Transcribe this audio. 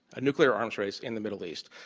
a nuclear arms race, in the middle east.